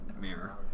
Mirror